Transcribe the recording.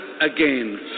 again